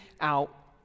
out